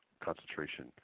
concentration